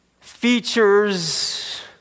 features